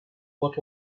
what